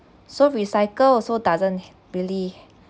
so recycle also doesn't ha~ really